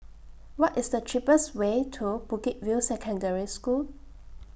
What IS The cheapest Way to Bukit View Secondary School